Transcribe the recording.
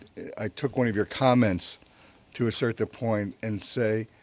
i took one of your comments to assert the point and say,